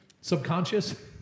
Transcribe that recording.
subconscious